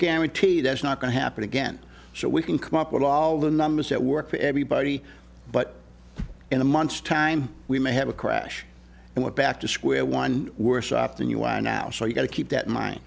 guarantee that's not going to happen again so we can come up with all the numbers that work for everybody but in a month's time we may have a crash and went back to square one were stopped and you are now so you gotta keep that in mind